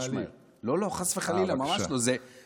לא, אבל בתנאי שזה לא מעליב.